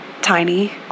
tiny